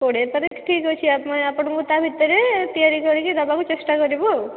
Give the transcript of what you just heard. କୋଡ଼ିଏ ତାରିଖ ଠିକ ଅଛି ଆପଣଙ୍କୁ ତା'ଭିତରେ ତିଆରି କରିକି ଦେବାକୁ ଚେଷ୍ଟା କରିବୁ ଆଉ